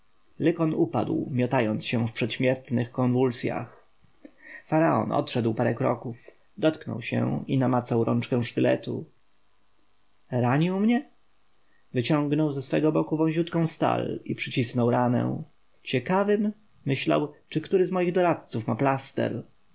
lykon upadł miotając się w przedśmiertnych konwulsjach faraon odszedł parę kroków dotknął się i namacał rączkę sztyletu ranił mnie wyciągnął ze swego boku wąziutką stal i przycisnął ranę ciekawym myślał czy który z moich doradców ma plaster